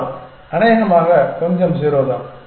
மாணவர் அநேகமாக கொஞ்சம் 0 தான்